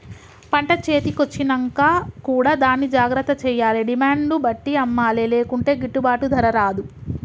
పంట చేతి కొచ్చినంక కూడా దాన్ని జాగ్రత్త చేయాలే డిమాండ్ ను బట్టి అమ్మలే లేకుంటే గిట్టుబాటు ధర రాదు